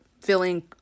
feeling